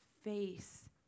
face